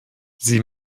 sie